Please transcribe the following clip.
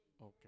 Okay